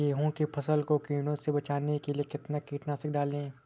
गेहूँ की फसल को कीड़ों से बचाने के लिए कितना कीटनाशक डालें?